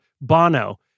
Bono